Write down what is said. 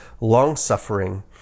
long-suffering